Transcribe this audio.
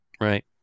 Right